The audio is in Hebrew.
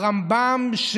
הרמב"ם,